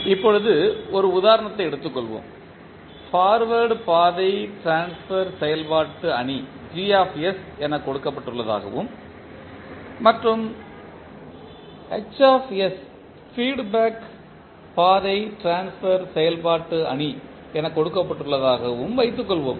இப்போது ஒரு உதாரணத்தை எடுத்துக்கொள்வோம் பார்வேர்ட் பாதை ட்ரான்ஸ்பர் செயல்பாடு அணி G என கொடுக்கப்பட்டுள்ளதாகவும் மற்றும் H ஃபீட்பேக் பாதை ட்ரான்ஸ்பர் செயல்பாடு அணி என கொடுக்கப்பட்டுள்ளதாகவும் வைத்துக்கொள்வோம்